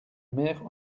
mère